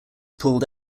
pulled